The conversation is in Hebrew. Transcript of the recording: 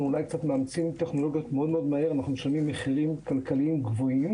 מאמצים טכנולוגיות מאוד מהר אנחנו משלמים מחירים כלכליים גבוהים.